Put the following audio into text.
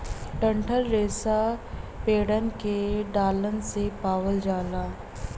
डंठल रेसा पेड़न के डालन से पावल जाला